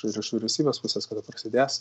ir iš vyriausybės pusės kada prasidės